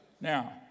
Now